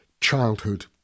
childhood